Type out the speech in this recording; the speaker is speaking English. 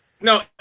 No